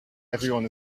everyone